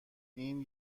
این